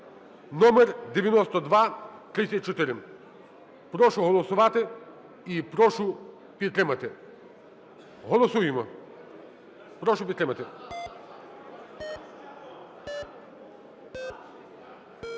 (№ 9234). Прошу голосувати і прошу підтримати. Голосуємо. Прошу підтримати.